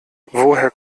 woher